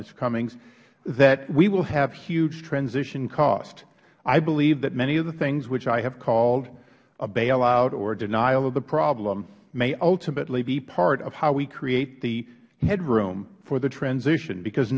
cummings that we will have huge transition costs i believe that many of the things which i have called a bailout or a denial of the problem may ultimately be part of how we create the headroom for the transition because